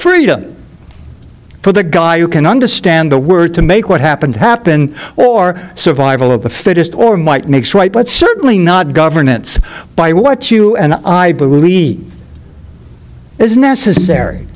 freedom for the guy who can understand the word to make what happened to happen or survival of the fittest or might makes right but certainly not governments by what you and i believe is necessary